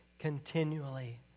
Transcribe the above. continually